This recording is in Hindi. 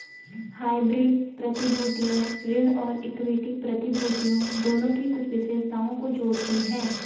हाइब्रिड प्रतिभूतियां ऋण और इक्विटी प्रतिभूतियों दोनों की कुछ विशेषताओं को जोड़ती हैं